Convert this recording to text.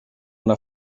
una